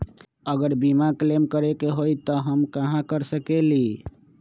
अगर बीमा क्लेम करे के होई त हम कहा कर सकेली?